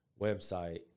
website